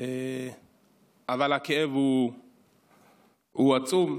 אבל הכאב הוא עצום.